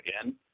again